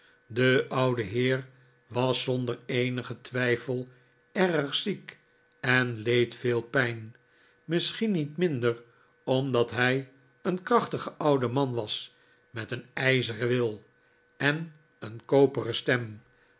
de oude heer was zonder eenigen twijfel erg ziek en leed veel pijn misschien niet minder omdat hij een krachtige oude man was met een ijzeren wil en een koperen stem